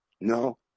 No